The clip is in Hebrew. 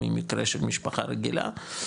ממקרה של משפחה רגילה,